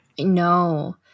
No